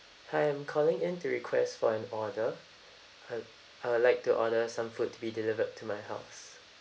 hi I'm calling in to request for an order I would I would like to order some food to be delivered to my house